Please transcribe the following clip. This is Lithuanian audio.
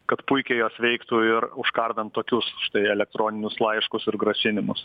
kad puikiai jos veiktų ir užkardant tokius štai elektroninius laiškus ir grasinimus